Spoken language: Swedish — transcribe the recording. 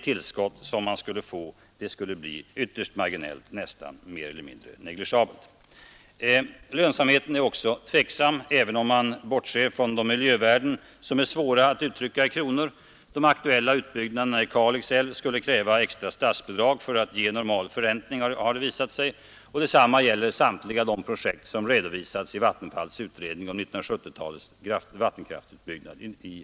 Tillskottet skulle där bli ytterst marginellt, nästan mer eller mindre negligeabelt. Lönsamheten är också tvivelaktig, även om man bortser från de miljövärden som är svåra att uttrycka i kronor. De aktuella utbyggnaderna i Kalix älv skulle kräva extra statsbidrag för att ge normal förräntning, Nr 145 och detsamma gäller samtliga de projekt som redovisas till Vattenfalls Fredagen den utredning om 1970-talets vattenkraftsutbyggnad i Norrland.